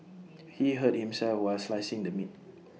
he hurt himself while slicing the meat